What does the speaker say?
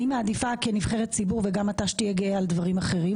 אני מעדיפה כנבחרת ציבור וגם אתה שתהיה גאה על דברים אחרים.